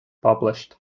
published